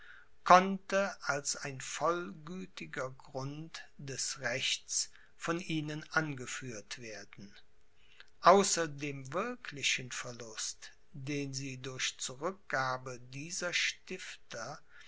konnte als ein vollgültiger grund des rechts von ihnen angeführt werden außer dem wirklichen verlust den sie durch zurückgabe dieser stifter